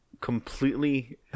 completely